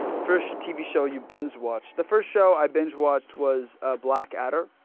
first tv show you binge-watched. the first show i binge-watched was ah black adder.